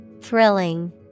Thrilling